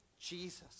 Jesus